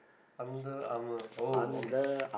Under-Armour oh okay